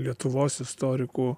lietuvos istorikų